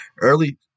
early